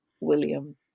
William